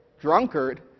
drunkard